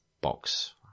box